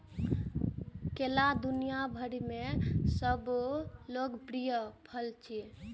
केला दुनिया भरि मे सबसं लोकप्रिय फल छियै